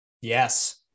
Yes